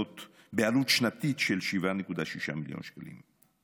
בעלות שנתית של 7.6 מיליון שקלים.